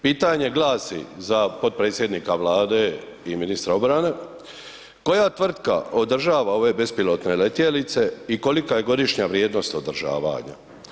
Pitanje glasi za potpredsjednika Vlade i ministra obrane, koja tvrtka održava ove bespilotne letjelice i kolika je godišnja vrijednost održavanja?